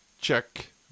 Check